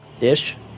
ish